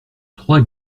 trois